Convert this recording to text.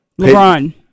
LeBron